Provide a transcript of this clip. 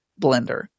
blender